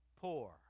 poor